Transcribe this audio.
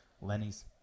Lenny's